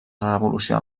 revolució